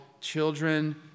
children